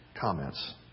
comments